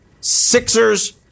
Sixers